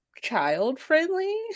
child-friendly